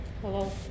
hello